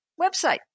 website